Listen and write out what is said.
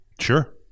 Sure